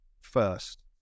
first